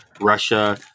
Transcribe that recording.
Russia